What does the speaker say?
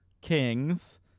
kings